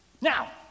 now